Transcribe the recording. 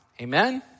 Amen